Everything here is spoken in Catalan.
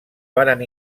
varen